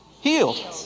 healed